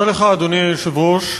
אדוני היושב-ראש,